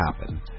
happen